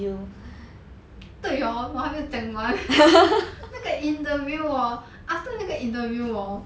对 hor 我还没有讲完那个 interview hor after 那个 interview hor